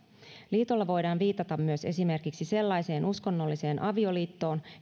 liitolla voidaan viitata myös esimerkiksi sellaiseen uskonnolliseen avioliittoon